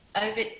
over